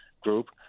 group